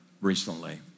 recently